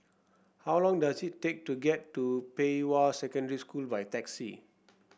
how long does it take to get to Pei Hwa Secondary School by taxi